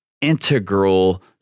integral